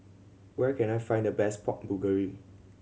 where can I find the best Pork Bulgogi